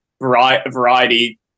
variety